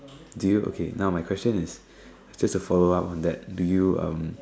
do you okay now my question is just a follow up on that do you um